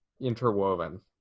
Interwoven